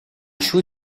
шүү